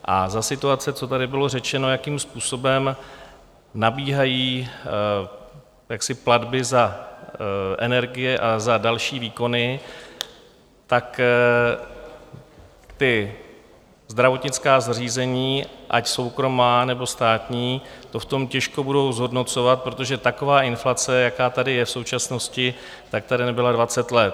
A za situace, co tady bylo řečeno, jakým způsobem nabíhají jaksi platby za energie a za další výkony, tak ta zdravotnická zařízení, ať soukromá, nebo státní, to v tom těžko budou zhodnocovat, protože taková inflace, jaká tady je v současnosti, tady nebyla dvacet let.